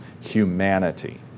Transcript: Humanity